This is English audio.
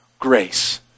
grace